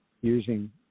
using